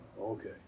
Okay